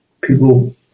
people